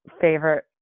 favorite